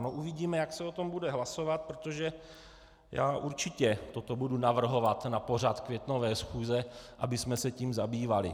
No, uvidíme, jak se o tom bude hlasovat, protože já určitě toto budu navrhovat na pořad květnové schůze, abychom se tím zabývali.